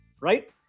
right